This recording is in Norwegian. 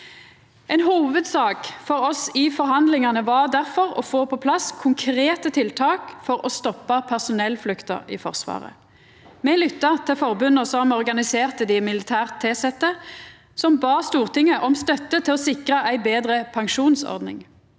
Ei hovudsak for oss i forhandlingane var difor å få på plass konkrete tiltak for å stoppa personellflukta i Forsvaret. Me lytta til forbunda som organiserte dei militært tilsette, som bad Stortinget om støtte til å sikra ei betre pensjonsordning.